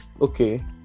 Okay